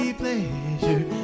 pleasure